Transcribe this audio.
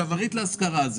ריט להשכרה,